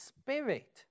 Spirit